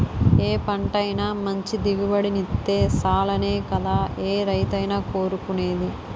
ఏ పంటైనా మంచి దిగుబడినిత్తే సాలనే కదా ఏ రైతైనా కోరుకునేది?